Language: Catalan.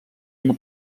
una